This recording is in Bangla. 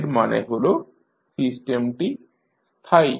এর মানে হল সিস্টেমটি স্থায়ী